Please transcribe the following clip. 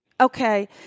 Okay